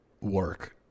work